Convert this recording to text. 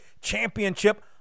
championship